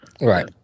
Right